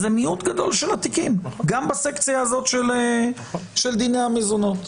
אז זה מיעוט גדול של התיקים גם בסקציה הזאת של דיני המזונות.